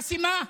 חסימה,